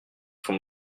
font